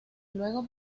luego